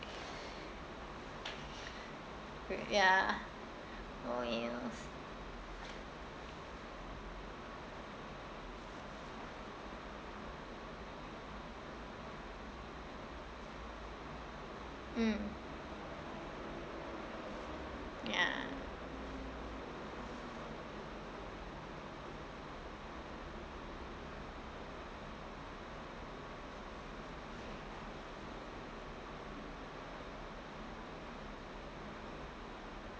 oh ya oh yes mm ya